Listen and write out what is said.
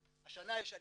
השנה יש עליה,